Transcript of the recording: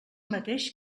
mateix